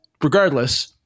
regardless